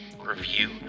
review